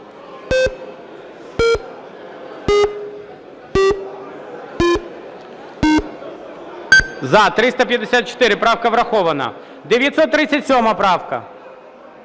За-354 Правка врахована. 937 правка.